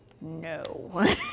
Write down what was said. No